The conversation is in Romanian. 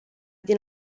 din